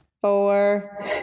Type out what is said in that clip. four